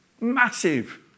Massive